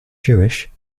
jewish